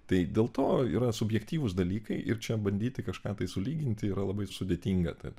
tai dėl to yra subjektyvūs dalykai ir čia bandyti kažką tai sulyginti yra labai sudėtinga tad